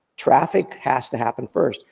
traffic has to happen first,